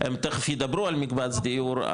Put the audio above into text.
הם תיכף ידברו על מקבץ דיור,